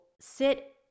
sit